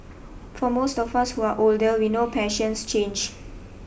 for most of us who are older we know passions change